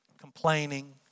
complaining